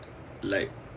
like